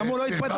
למה הוא לא התפטר?